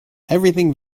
everything